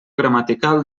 gramatical